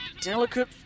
delicate